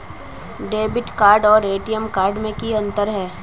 Debit card आर ATM card में की अंतर है?